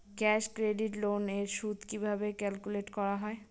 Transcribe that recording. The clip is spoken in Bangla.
ক্যাশ ক্রেডিট লোন এর সুদ কিভাবে ক্যালকুলেট করা হয়?